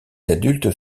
adultes